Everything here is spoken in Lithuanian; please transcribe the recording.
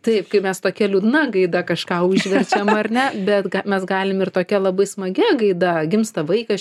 taip kaip mes tokia liūdna gaida kažką užverčiam ar ne bet mes galim ir tokia labai smagia gaida gimsta vaikas